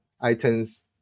items